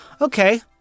okay